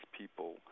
people